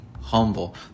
humble